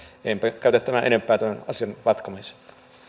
enpä käytä tämän enempää tämän asian vatkaamiseen